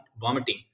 vomiting